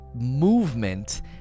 movement